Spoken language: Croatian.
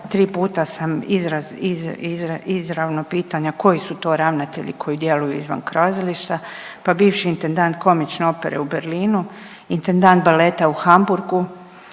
3 puta sam izraz, izravna pitanja koji su to ravnatelji koji djeluju izvan kazališta pa bivši intendant komične opere u Berlinu, intendant baleta u Hamburgu,